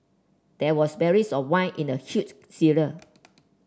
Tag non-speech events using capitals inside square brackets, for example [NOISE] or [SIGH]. there was barrels of wine in the huge cellar [NOISE]